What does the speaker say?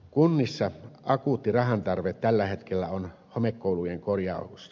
kunnissa akuutti rahantarve tällä hetkellä on homekoulujen korjaukset